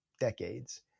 decades